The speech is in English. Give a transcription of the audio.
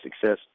success